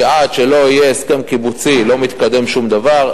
שעד שלא יהיה הסכם קיבוצי לא מתקדם שום דבר.